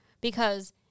because-